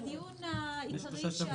בדיון העיקרי שהיה.